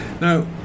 Now